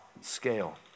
scale